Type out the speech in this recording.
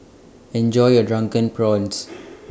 Enjoy your Drunken Prawns